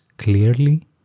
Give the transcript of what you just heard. clearly